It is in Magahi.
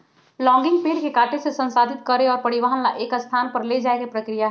लॉगिंग पेड़ के काटे से, संसाधित करे और परिवहन ला एक स्थान पर ले जाये के प्रक्रिया हई